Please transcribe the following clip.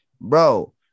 bro